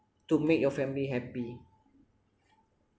to make your family happy